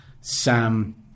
Sam